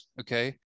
okay